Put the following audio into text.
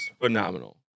phenomenal